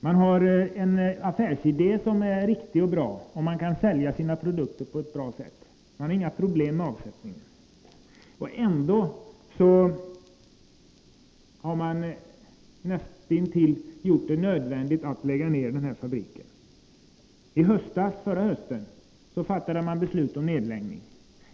Man har en affärsidé som är riktig och bra, och man kan sälja sina produkter på ett bra sätt. Man har inga problem med avsättningen. Ändå har koncernen nästintill gjort det nödvändigt att lägga ned denna fabrik. Förra hösten fattade man beslut om nedläggning.